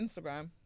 Instagram